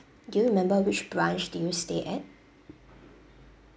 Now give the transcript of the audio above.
do you remember which branch did you stay at